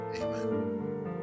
Amen